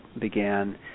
began